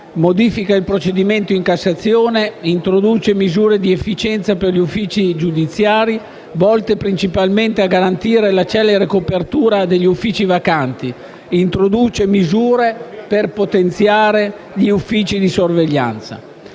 modifica il procedimento in Cassazione; introduce misure di efficienza per gli uffici giudiziari, volte principalmente a garantire la celere copertura degli uffici vacanti; introduce misure per potenziare gli uffici di sorveglianza.